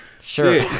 Sure